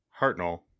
Hartnell